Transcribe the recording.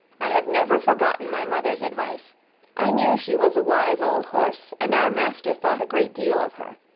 i have never forgotten my mother's advice i knew she was a wise old horse, and our master thought a great deal of her.